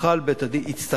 הכנסת